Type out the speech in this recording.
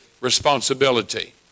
responsibility